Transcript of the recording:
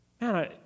Man